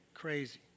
crazy